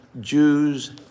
Jews